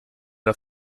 der